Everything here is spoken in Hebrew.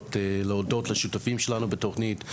הזאת על מנת להודות לשותפים שלנו בתוכנית,